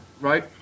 right